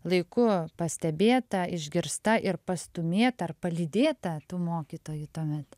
laiku pastebėta išgirsta ir pastūmėta ar palydėta tų mokytojų tuomet